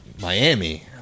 Miami